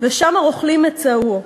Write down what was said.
ושם הרוכלים מצאוהו,